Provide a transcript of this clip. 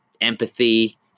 empathy